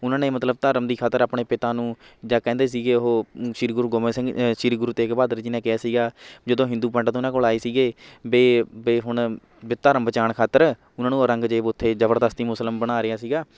ਉਹਨਾਂ ਨੇ ਮਤਲਬ ਧਰਮ ਦੀ ਖਾਤਰ ਆਪਣੇ ਪਿਤਾ ਨੂੰ ਜਦ ਕਹਿੰਦੇ ਸੀਗੇ ਉਹ ਸ਼੍ਰੀ ਗੁਰੂ ਗੋਬਿੰਦ ਸਿੰਘ ਸ਼੍ਰੀ ਗੁਰੂ ਤੇਗ ਬਹਾਦਰ ਜੀ ਨੇ ਕਿਹਾ ਸੀਗਾ ਜਦੋਂ ਹਿੰਦੂ ਪੰਡਤ ਉਹਨਾਂ ਕੋਲ ਆਏ ਸੀਗੇ ਬੇ ਬੇ ਹੁਣ ਬੀ ਧਰਮ ਬਚਾਉਣ ਖਾਤਰ ਉਹਨਾਂ ਨੂੰ ਔਰੰਗਜ਼ੇਬ ਉੱਥੇ ਜ਼ਬਰਦਸਤੀ ਮੁਸਲਿਮ ਬਣਾ ਰਿਹਾ ਸੀਗਾ